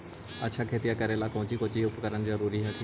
अच्छा खेतिया करे ला कौची कौची उपकरण जरूरी हखिन?